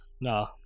No